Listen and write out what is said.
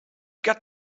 got